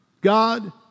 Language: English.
God